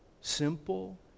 simple